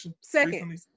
Second